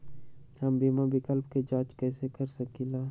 हम बीमा विकल्प के जाँच कैसे कर सकली ह?